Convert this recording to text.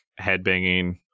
headbanging